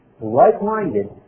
like-minded